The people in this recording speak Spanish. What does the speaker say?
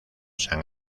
san